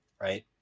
right